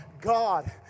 God